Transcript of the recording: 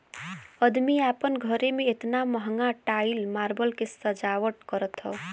अदमी आपन घरे मे एतना महंगा टाइल मार्बल के सजावट करत हौ